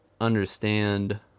understand